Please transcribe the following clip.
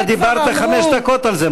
אתה דיברת חמש דקות על זה.